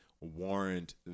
warrant